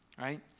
right